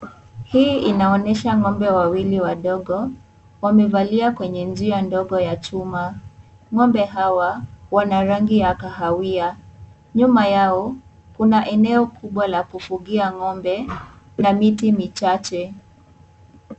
Hii inaonyesha ng'ombe wawili wadogo, wamevalia kwenye njia ndogo ya chuma. Ng'ombe hawa, wana rangi ya kahawia. Nyuma yao, kuna eneo kubwa la kufugia ng'ombe na miti michache.